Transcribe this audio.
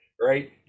right